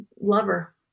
lover